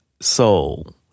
soul